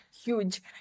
huge